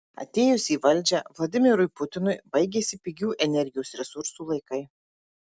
atėjus į valdžią vladimirui putinui baigėsi pigių energijos resursų laikai